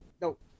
Nope